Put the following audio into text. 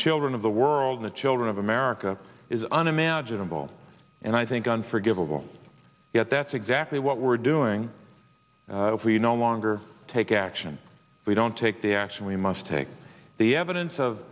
children of the world the children of america is unimaginable and i think the un forgivable yet that's exactly what we're doing we no longer take action we don't take the action we must take the evidence of